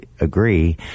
agree